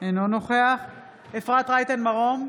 אינו נוכח אפרת רייטן מרום,